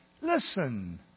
Listen